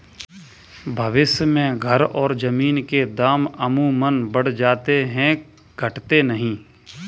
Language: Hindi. भविष्य में घर और जमीन के दाम अमूमन बढ़ जाते हैं घटते नहीं